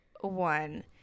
one